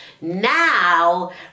Now